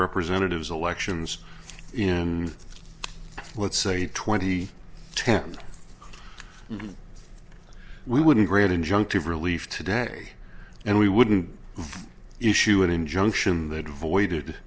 representatives elections in let's say twenty ten and we wouldn't grant injunctive relief today and we wouldn't issue an injunction that voided